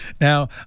Now